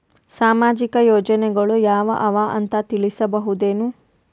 ಸಾಮಾಜಿಕ ಯೋಜನೆಗಳು ಯಾವ ಅವ ಅಂತ ತಿಳಸಬಹುದೇನು?